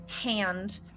hand